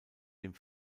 dem